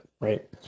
Right